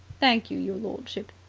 thank you, your lordship.